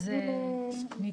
אני